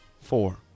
four